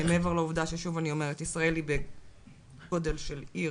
מעבר לעובדה ששוב אני אומרת: ישראל היא בגודל של עיר.